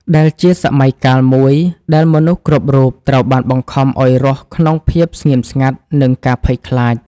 ដែលជាសម័យកាលមួយដែលមនុស្សគ្រប់រូបត្រូវបានបង្ខំឲ្យរស់ក្នុងភាពស្ងៀមស្ងាត់ និងការភ័យខ្លាច។